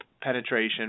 penetration